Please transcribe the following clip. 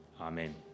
Amen